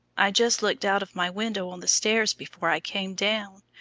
i just looked out of my window on the stairs before i came down.